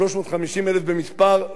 לא ניתנים חוקי-יסוד,